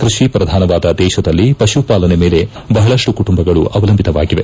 ಕೈಷಿ ಪ್ರಧಾನವಾದ ದೇಶದಲ್ಲಿ ಪಶುಪಾಲನೆ ಮೇಲೆ ಬಹಳಷ್ಟು ಕುಟುಂಬಗಳು ಅವಲಂಬಿತವಾಗಿವೆ